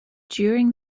during